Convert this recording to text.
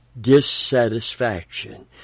dissatisfaction